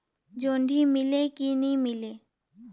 जोणी मीले कि नी मिले?